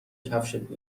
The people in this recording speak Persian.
کفشت